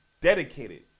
dedicated